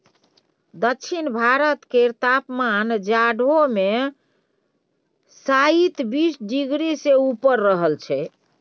दक्षिण भारत केर तापमान जाढ़ो मे शाइत बीस डिग्री सँ ऊपर रहइ छै